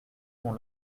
mon